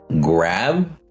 grab